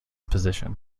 position